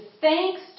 thanks